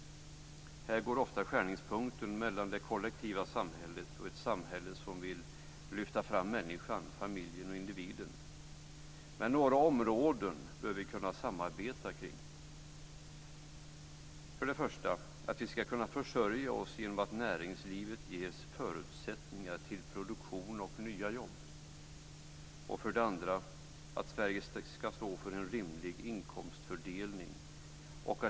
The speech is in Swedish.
Här går ofta skärningspunkten mellan det kollektiva samhället och ett samhälle som vill lyfta fram människan, familjen och individen. Men några områden bör vi kunna samarbeta kring. För det första: Vi ska kunna försörja oss genom att näringslivet ges förutsättningar till produktion och nya jobb. För det andra: Sverige ska stå för en rimlig inkomstfördelning.